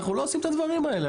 אנחנו לא עושים את הדברים האלה,